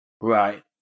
Right